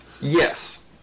Yes